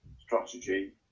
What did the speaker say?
strategy